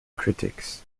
critics